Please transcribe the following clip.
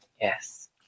Yes